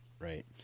right